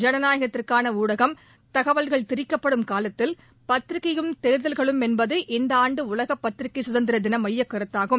ஜனநாயகத்திற்கான ஊடகம் தகவல்கள் திரிக்கப்படும் காலத்தில் பத்திரிகையும் தேர்தல்களும் என்பது இந்த ஆண்டு உலகப் பத்திரிகை சுதந்திர தின மையக்கருத்தாகும்